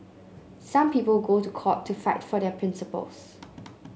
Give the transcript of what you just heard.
some people go to court to fight for their principles